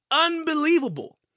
unbelievable